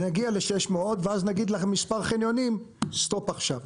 נגיע ל-600 ואז נגיד למספר חניונים לעצור.